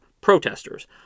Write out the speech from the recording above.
protesters